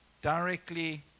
directly